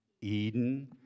Eden